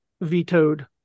vetoed